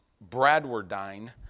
Bradwardine